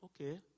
okay